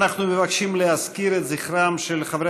אנחנו מבקשים להזכיר את זכרם של חברי